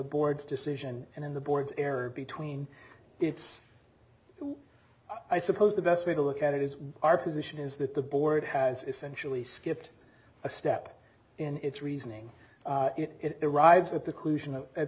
board's decision and then the board's error between it's i suppose the best way to look at it is our position is that the board has essentially skipped a step in its reasoning in iraq i've got the